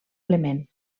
element